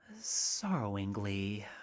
sorrowingly